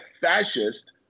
fascist